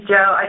Joe